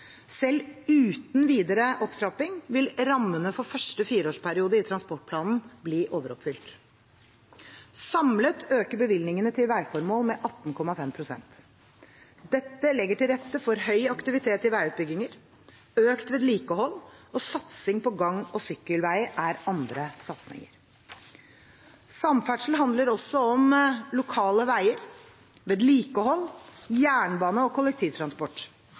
Selv uten videre opptrapping vil rammene for første fireårsperiode i transportplanen bli overoppfylt. Samlet øker bevilgningen til veiformål med 18,5 pst. Dette legger til rette for høy aktivitet i veiutbygginger. Økt vedlikehold og satsing på gang- og sykkelvei er andre satsinger. Samferdsel handler også om lokale veier, vedlikehold, jernbane og kollektivtransport.